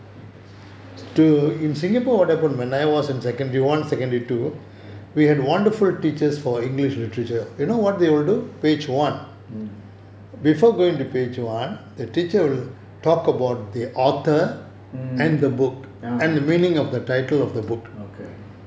mm mm ah